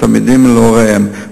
לתלמידים ולהוריהם,